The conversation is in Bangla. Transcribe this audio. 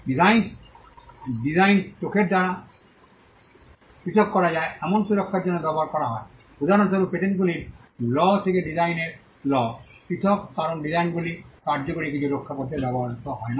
ডিসাইন্স ডিসাইন্স চোখের দ্বারা পৃথক করা যায় এমন সুরক্ষার জন্য ব্যবহার করা হয় উদাহরণস্বরূপ পেটেন্টগুলির ল থেকে ডিজাইনের ল পৃথক কারণ ডিজাইনগুলি কার্যকরী কিছু রক্ষা করতে ব্যবহৃত হয় না